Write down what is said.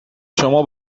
شما